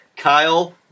Kyle